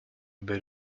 bit